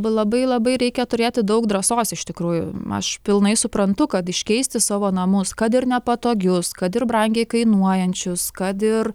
labai labai reikia turėti daug drąsos iš tikrųjų aš pilnai suprantu kad iškeisti savo namus kad ir nepatogius kad ir brangiai kainuojančius kad ir